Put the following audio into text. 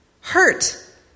Hurt